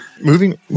Moving